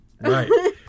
Right